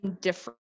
different